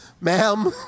ma'am